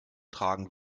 tragen